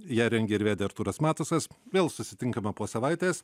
ją rengė ir vedė artūras matusas vėl susitinkame po savaitės